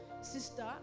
sister